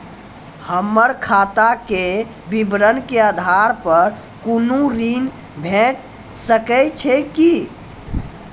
हमर खाता के विवरण के आधार प कुनू ऋण भेट सकै छै की?